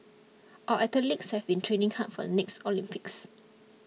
our athletes have been training hard for the next Olympics